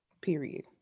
Period